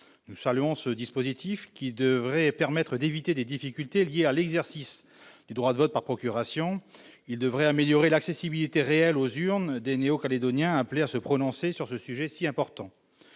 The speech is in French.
Nous saluons ce dispositif, qui devrait permettre d'éviter des difficultés liées à l'exercice du droit de vote par procuration. Il devrait améliorer l'accès réel aux urnes des Néo-Calédoniens appelés à se prononcer sur un sujet aussi important.